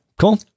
Cool